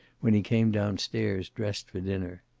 when he came down-stairs dressed for dinner.